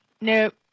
nope